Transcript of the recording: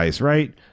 right